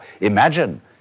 imagine